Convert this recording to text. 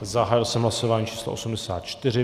Zahájil jsem hlasování číslo 84.